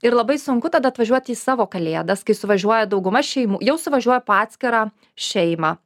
ir labai sunku tada atvažiuoti į savo kalėdas kai suvažiuoja dauguma šeimų jau suvažiuoja po atskirą šeimą